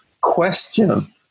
question